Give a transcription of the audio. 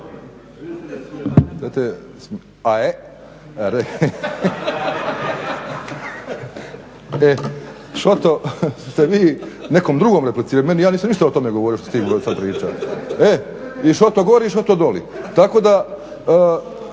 Što to ste vi nekom drugom replicirali, ja nisam ništa govorio što si ti dosad priča i e šoto gori, šoto doli. Što se